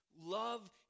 love